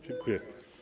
Dziękuję.